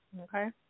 Okay